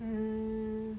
mm